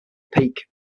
peak